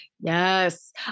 Yes